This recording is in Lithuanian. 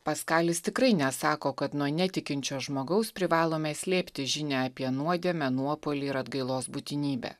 paskalis tikrai nesako kad nuo netikinčio žmogaus privalome slėpti žinią apie nuodėmę nuopuolį ir atgailos būtinybę